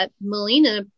Melina